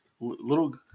little